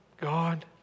God